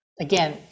again